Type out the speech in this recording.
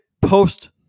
post